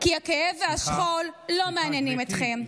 כי הכאב והשכול לא מעניינים אתכם.